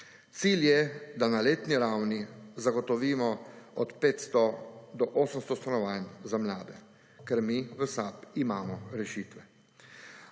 Cilj je, da na letni ravni zagotovimo od 500 do 800 stanovanj za mlade, ker mi v SAB imamo rešitve.